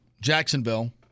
Jacksonville